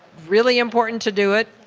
really important to do it.